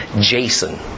Jason